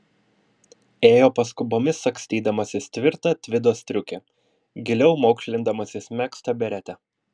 ėjo paskubomis sagstydamasis tvirtą tvido striukę giliau maukšlindamasis megztą beretę